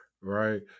right